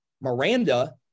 Miranda